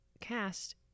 cast